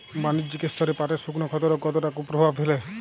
বাণিজ্যিক স্তরে পাটের শুকনো ক্ষতরোগ কতটা কুপ্রভাব ফেলে?